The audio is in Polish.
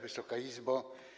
Wysoka Izbo!